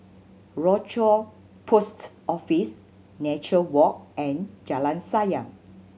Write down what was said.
Rochor Post Office Nature Walk and Jalan Sayang